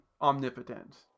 omnipotent